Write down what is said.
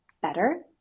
better